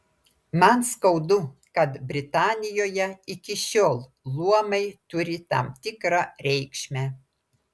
man skaudu kad britanijoje iki šiol luomai turi tam tikrą reikšmę